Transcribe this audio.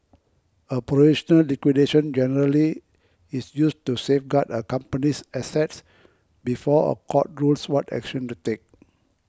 a provisional liquidation generally is used to safeguard a company's assets before a court rules what action to take